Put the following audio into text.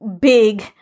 big